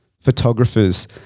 photographers